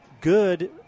good